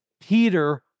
Peter